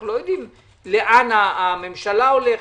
אנחנו לא יודעים לאן המשלה הולכת,